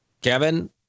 Kevin